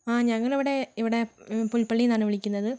ആ ഞങ്ങളവിടെ ഇവിടെ പുൽപ്പള്ളിയിൽ നിന്നാണ് വിളിക്കുന്നത്